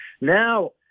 Now